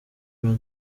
brian